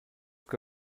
que